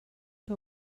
que